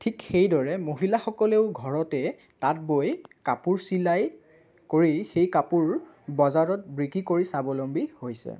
ঠিক সেইদৰে মহিলাসকলেও ঘৰতে তাঁত বৈ কাপোৰ চিলাই কৰি সেই কাপোৰ বজাৰত বিক্ৰী কৰি স্বাৱলম্বী হৈছে